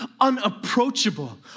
unapproachable